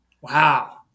Wow